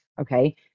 okay